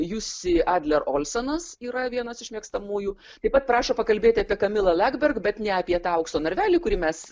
jusi adlerio olsenas yra vienas iš mėgstamųjų taip pat prašo pakalbėti apie kamilą legberg bet ne apie tą aukso narvelį kurį mes